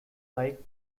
like